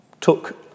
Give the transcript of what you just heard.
took